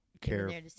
care